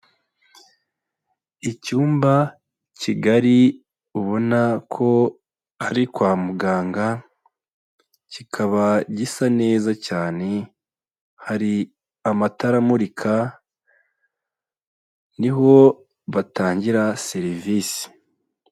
Icyumba kigari ubona ko ari kwa muganga kikaba gisa neza cyane hari amatara amurika niho batangira serivisi.